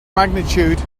magnitude